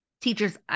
teachers